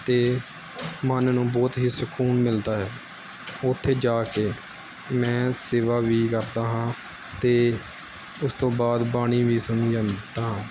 ਅਤੇ ਮਨ ਨੂੰ ਬਹੁਤ ਹੀ ਸਕੂਨ ਮਿਲਦਾ ਹੈ ਉੱਥੇ ਜਾ ਕੇ ਮੈਂ ਸੇਵਾ ਵੀ ਕਰਦਾ ਹਾਂ ਅਤੇ ਉਸ ਤੋਂ ਬਾਅਦ ਬਾਣੀ ਵੀ ਸੁਣੀ ਜਾਂਦੀ ਤਾਂ